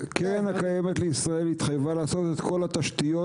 הקרן הקיימת לישראל התחייבה לעשות את כל התשתיות